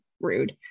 Rude